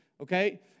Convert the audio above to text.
Okay